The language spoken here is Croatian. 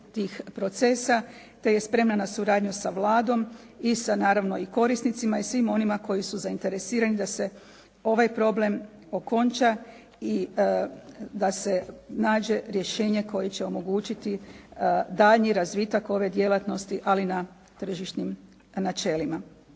te je spremna na suradnju sa Vladom i sa naravno i korisnicima i svim onima koji su zainteresirani da se ovaj problem okonča i da se nađe rješenje koje će omogućiti daljnji razvitak ove djelatnosti, ali na tržišnim načelima.